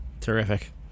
Terrific